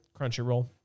Crunchyroll